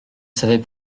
savais